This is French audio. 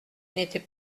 n’étaient